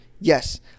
Yes